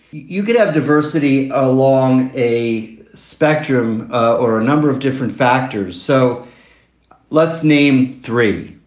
you could have diversity along a spectrum or a number of different factors. so let's name three,